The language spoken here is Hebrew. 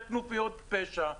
של כנופיות פשע.